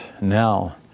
now